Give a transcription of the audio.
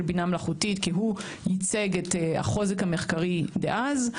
בינה מלאכותית כי הוא ייצג את החוזק המחקרי דאז,